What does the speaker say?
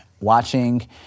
watching